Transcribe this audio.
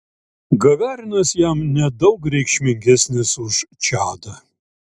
gagarinas jam nedaug reikšmingesnis už čadą